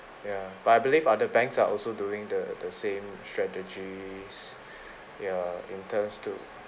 ya but I believe other banks are also doing the the same strategies ya in terms too